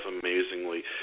amazingly